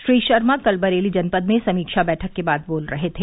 श्री शर्मा कल बरेली जनपद में समीक्षा बैठक के बाद बोल रहे थे